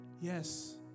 Yes